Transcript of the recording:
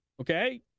okay